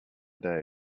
day